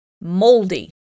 Moldy